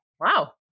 Wow